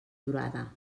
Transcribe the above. durada